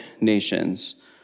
nations